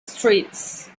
streets